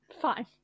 fine